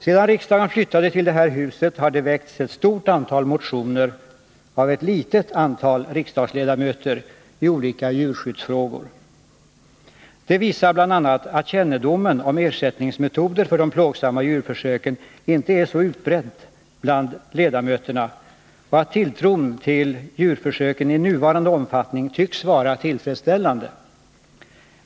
Sedan riksdagen flyttade till detta hus har det väckts ett stort antal motioner av ett litet antal riksdagsledamöter i olika djurskyddsfrågor. Detta visar bl.a. att kännedomen om ersättningsmetoder för de plågsamma djurförsöken inte är så utbredd bland ledamöterna, och att tilltron till djurförsöken i nuvarande omfattning tycks vara god.